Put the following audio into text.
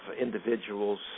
individuals